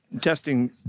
testing